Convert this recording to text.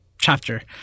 chapter